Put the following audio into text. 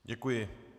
Děkuji.